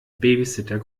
babysitter